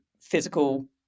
physical